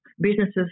businesses